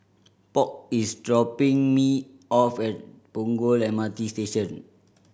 Polk is dropping me off at Punggol M R T Station